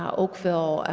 um oakville, ah